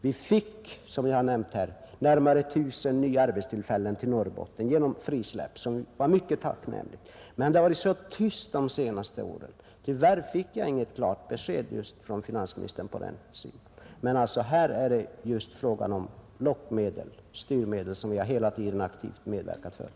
Vi fick som jag nämnt här närmare 1 000 nya arbetstillfällen till Norrbotten genom frisläpp från investeringsfonderna, vilket var mycket tacknämligt, men det har varit så tyst de senaste åren. Tyvärr lämnade inte finansministern något klart besked i den frågan. Men här gäller det just lockmedel, styrmedel, som jag hela tiden velat aktivt medverka till.